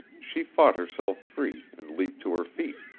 she fought herself free and leaped to her feet.